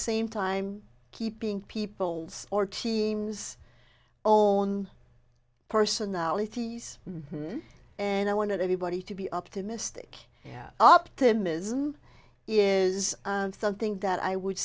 same time keeping people or teams old personalities and i wanted everybody to be optimistic yeah optimism is something that i would